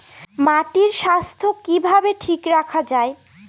মাটির স্বাস্থ্য কিভাবে ঠিক রাখা যায়?